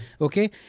okay